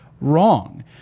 wrong